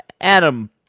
Adam